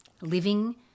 living